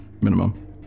minimum